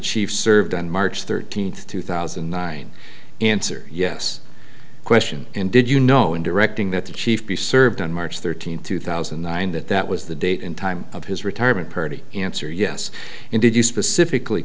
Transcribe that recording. chief served on march thirteenth two thousand and nine answer yes question and did you know in directing that the chief be served on march thirteenth two thousand and nine that that was the date and time of his retirement party answer yes and did you specifically